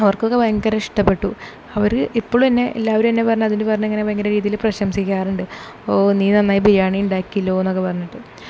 അവർക്കൊക്കെ ഭയങ്കര ഇഷ്ടപ്പെട്ടു അവർ ഇപ്പോഴും എന്നെ എല്ലാവരും എന്നെ പറഞ്ഞു പറഞ്ഞ് ഭയങ്കര രീതിയിൽ പ്രശംസിക്കാറുണ്ട് ഓഹ് നീ നന്നായി ബിരിയാണി ഉണ്ടാക്കിയല്ലോ എന്നൊക്കെ പറഞ്ഞിട്ട്